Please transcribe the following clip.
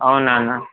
అవునా అన్న